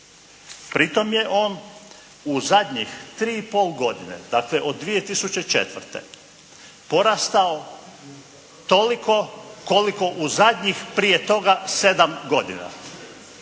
Pri tom je on u zadnjih tri i pol godine, dakle od 2004. porastao toliko koliko u zadnjih prije toga sedam godina.